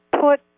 put